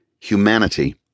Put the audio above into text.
Humanity